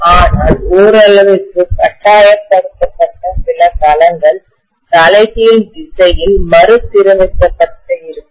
ஆனால் ஓரளவிற்கு கட்டாயப்படுத்தப்பட்ட சில களங்கள் தலைகீழ் திசையில் மறுசீரமைக்கப்பட்ட இருக்கும்